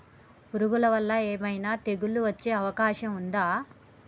పురుగుల వల్ల ఏమైనా తెగులు వచ్చే అవకాశం ఉందా?